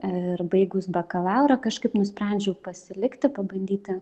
ir baigus bakalaurą kažkaip nusprendžiau pasilikti pabandyti